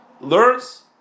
learns